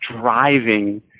driving